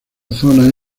zona